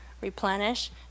replenish